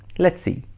let's see.